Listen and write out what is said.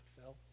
Phil